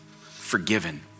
forgiven